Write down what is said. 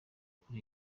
kuri